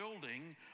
building